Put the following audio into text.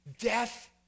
Death